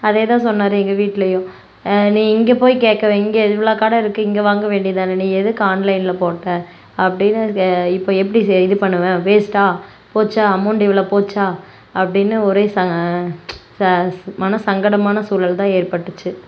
அதே தான் சொன்னார் எங்கள் வீட்லையும் நீ இங்கே போய் கேட்க வே இங்கே இவ்வளோ கடை இருக்கு இங்கே வாங்க வேண்டிதானே நீ எதுக்கு ஆன்லைனில் போட்ட அப்படின்னு இப்போ எப்படி செ இது பண்ணுவ வேஸ்ட்டாக போச்சா அமௌண்ட்டு இவ்வளோ போச்சா அப்படின்னு ஒரே சா சா ஸு மனசு சங்கடமான சூழல் தான் ஏற்பட்டுச்சு